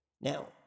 Now